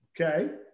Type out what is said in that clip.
okay